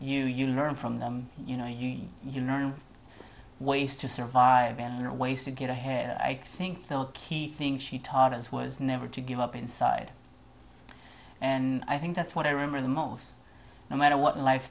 you you learn from them you know you learn ways to survive and or ways to get ahead i think the key thing she taught us was never to give up inside and i think that's what i remember the most no matter what life